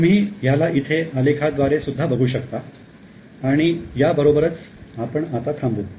तुम्ही ह्याला इथे आलेखाद्वारे सुद्धा बघू शकता आणि या बरोबरच आपण आता थांबू